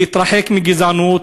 להתרחק מגזענות,